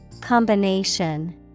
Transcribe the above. Combination